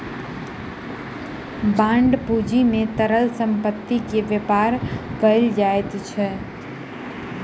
bond पूंजी में तरल संपत्ति के व्यापार कयल जाइत अछि